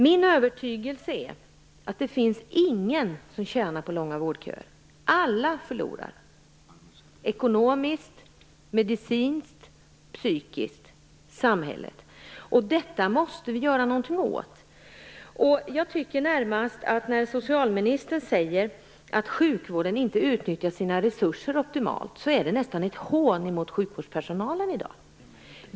Min övertygelse är att det inte finns någon som tjänar på långa vårdköer. Alla förlorar - ekonomiskt, medicinskt, psykiskt och samhälleligt. Detta måste vi göra någonting åt. Socialministern säger att sjukvården inte utnyttjar sina resurser optimalt. Det låter nästan som ett hån mot sjukvårdspersonalen.